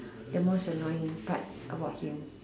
the most annoying part about him